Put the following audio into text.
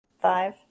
Five